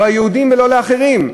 לא היהודים ולא האחרים.